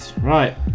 Right